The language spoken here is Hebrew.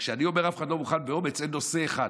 כשאני אומר שאף אחד לא מוכן באומץ, אין נושא אחד